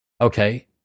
Okay